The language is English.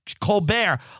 Colbert